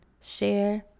Share